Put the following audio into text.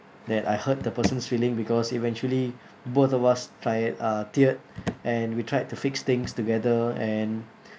that I hurt the person's feeling because eventually both of us tried uh teared and we tried to fix things together and